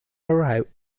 arrive